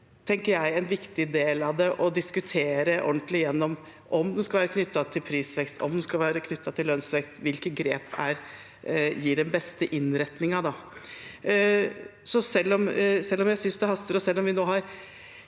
at en viktig del av det er å diskutere ordentlig om den skal være knyttet til prisvekst, om den skal være knyttet til lønnsvekst – hvilke grep som gir den beste innretningen. Selv om jeg synes det haster, og selv om vi i